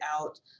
out